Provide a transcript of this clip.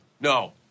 no